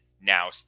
now